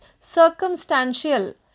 circumstantial